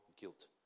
guilt